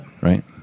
Right